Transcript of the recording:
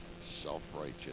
self-righteous